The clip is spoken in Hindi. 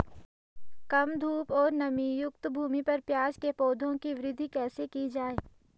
कम धूप और नमीयुक्त भूमि पर प्याज़ के पौधों की वृद्धि कैसे की जाए?